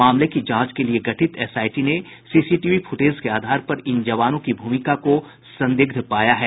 मामले की जांच के लिए गठित एसआईटी ने सीसीटीवी फुटेज के आधार पर इन जवानों की भूमिका को संदिग्ध पाया है